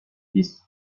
fils